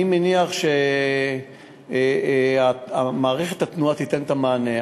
אני מניח שמערכת התנועה תיתן את המענה.